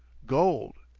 gold!